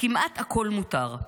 כמעט הכול מותר.